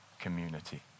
community